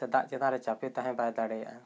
ᱫᱟᱜ ᱪᱮᱛᱟᱱ ᱨᱮ ᱪᱟᱞᱮ ᱛᱟᱦᱮᱸ ᱵᱟᱭ ᱫᱟᱲᱮᱭᱟᱜᱼᱟ